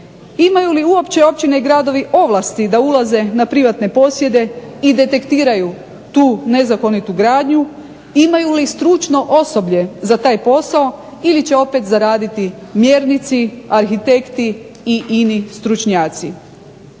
Imaju li uopće općine i gradovi ovlasti da ulaze na privatne posjede i detektiraju tu nezakonitu gradnju, imaju li stručno osoblje za taj posao ili će opet zaraditi mjernici, arhitekti i ini stručnjaci.